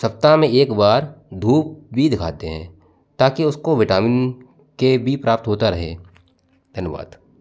सप्ताह में एक बार धूप भी दिखाते हैं ताकि उसको विटामिन के बी प्राप्त होता रहे धन्यवाद